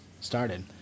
started